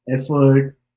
Effort